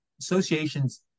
Associations